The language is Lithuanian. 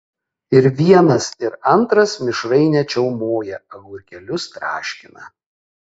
ir vienas ir antras mišrainę čiaumoja agurkėlius traškina